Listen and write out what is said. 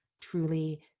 truly